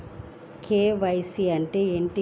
KYC అంటే ఏమిటి?